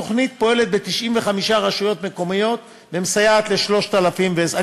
התוכנית פועלת ב-95 רשויות מקומיות ומסייעת ל-3,020 משפחות,